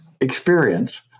experience